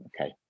Okay